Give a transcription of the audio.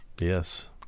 Yes